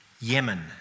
Yemen